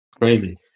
Crazy